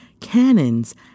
cannons